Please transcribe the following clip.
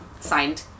signed